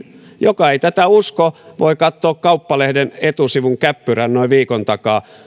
joka ei tätä usko voi katsoa kauppalehden etusivun käppyrän noin viikon takaa